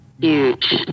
huge